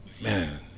man